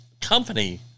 company